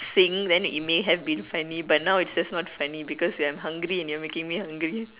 saying then it may have been funny but now it's just not funny because I'm hungry and you're making me hungry